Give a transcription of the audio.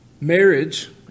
Marriage